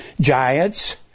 giants